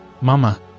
Mama